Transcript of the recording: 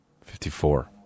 Fifty-four